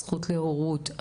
הזכות להורות,